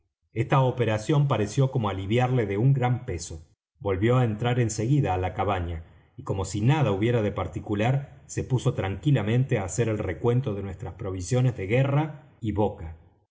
esta operación pareció como aliviarle de un gran peso volvió á entrar en seguida á la cabaña y como si nada hubiera de particular se puso tranquilamente á hacer el recuento de nuestras provisiones de guerra y boca